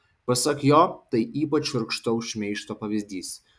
pasak jo tai ypač šiurkštaus šmeižto pavyzdys